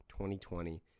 2020